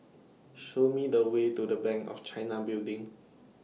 Show Me The Way to Bank of China Building